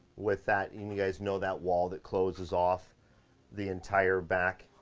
with that. and you guys know that wall that closes off the entire back.